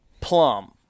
plum